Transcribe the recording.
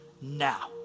now